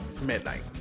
midnight